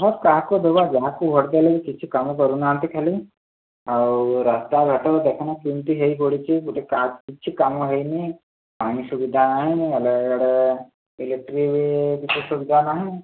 vote କାହାକୁ ଦେବା ଯାହାକୁ ଭୋଟ୍ ଦେଲେ ବି କିଛି କାମ କରୁ ନାହାନ୍ତି ଖାଲି ଆଉ ରାସ୍ତାଘାଟ ଦେଖୁନ କେମିତି ହୋଇ ପଡ଼ିଛି ଗୋଟିଏ କା କିଛି କାମ ହୋଇନି ପାଣି ସୁବିଧା ନାହିଁ ଇଆଡ଼େ ଇଲେକ୍ଟ୍ରିକ୍ ବି କିଛି ସୁବିଧା ନାହିଁ